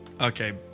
okay